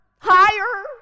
higher